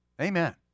Amen